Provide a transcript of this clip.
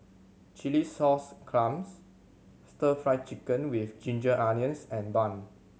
chilli sauce clams Stir Fry Chicken with ginger onions and bun